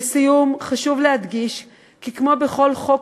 לסיום, חשוב להדגיש כי כמו בכל חוק,